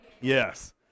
Yes